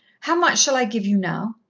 how much shall i give you now?